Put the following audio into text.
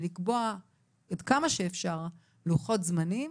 ולקבוע עד כמה שאפשר לוחות זמנים.